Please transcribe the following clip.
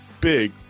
big